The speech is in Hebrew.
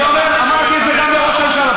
אמרתי את זה גם לראש הממשלה.